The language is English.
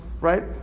right